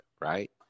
Right